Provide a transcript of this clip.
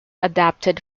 adapted